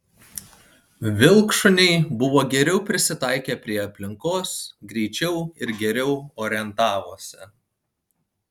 vilkšuniai buvo geriau prisitaikę prie aplinkos greičiau ir geriau orientavosi